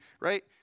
right